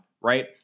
Right